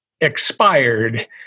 expired